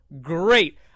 great